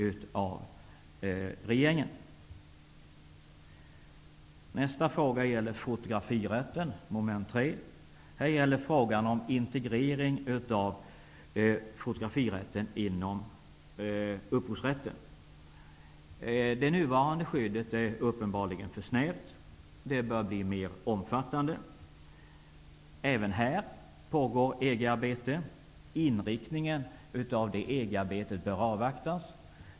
Nästa punkt som jag vill ta upp gäller fotografirätten, mom. 3, frågan om att integrera fotografirätten inom upphovsrätten. Det nuvarande skyddet är uppenbarligen för snävt. Det bör bli mer omfattande. Även här pågår EG arbete. Det arbetet bör avvaktas.